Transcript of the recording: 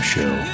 Show